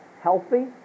healthy